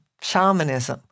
shamanism